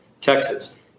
Texas